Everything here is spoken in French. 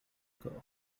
gorre